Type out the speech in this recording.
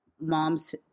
moms